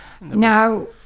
Now